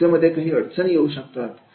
संस्थेमध्ये काही अडचणी येऊ शकतात